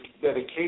dedication